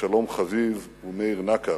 אבשלום חביב ומאיר נקר,